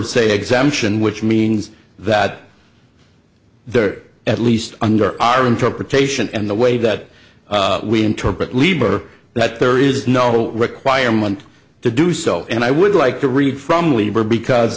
se exemption which means that there at least under our interpretation and the way that we interpret leiber that there is no requirement to do so and i would like to read from weaver